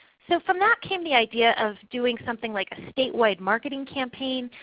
so from that came the idea of doing something like a statewide marketing campaign,